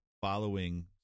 following